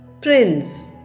Prince